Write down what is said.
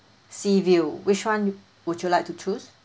sea view which one would you like to choose